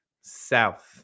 South